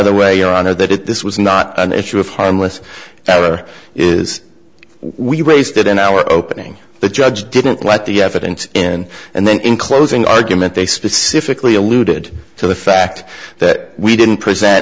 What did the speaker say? the way your honor that this was not an issue of harmless error is we raised it in our opening the judge didn't let the evidence in and then in closing argument they specifically alluded to the fact that we didn't present